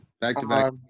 back-to-back